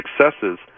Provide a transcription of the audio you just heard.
successes